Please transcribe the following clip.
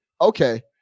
okay